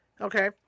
Okay